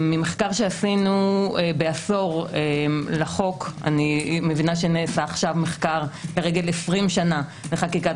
ממחקר שעשינו עשור לחוק אני מבינה שנעשה מחקר לרגל 20 שנה לחקיקת